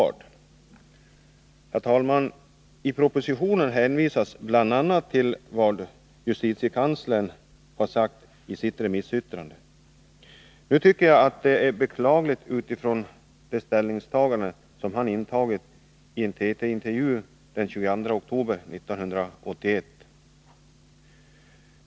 Herr talman! I propositionen hänvisas till vad justitiekanslern har sagt i sitt remissyttrande. Det är beklagligt, med tanke på det ställningstagande som han gjorde i en TT-intervju den 22 oktober 1981.